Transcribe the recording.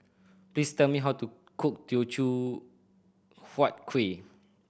please tell me how to cook Teochew Huat Kueh